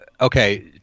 okay